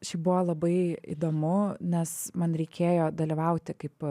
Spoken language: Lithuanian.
šiaip buvo labai įdomu nes man reikėjo dalyvauti kaip